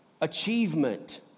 achievement